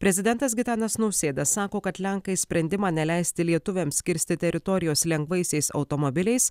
prezidentas gitanas nausėda sako kad lenkai sprendimą neleisti lietuviams kirsti teritorijos lengvaisiais automobiliais